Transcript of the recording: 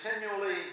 continually